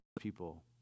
people